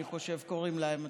אני חושב קוראים להם,